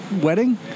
wedding